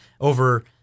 over